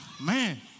man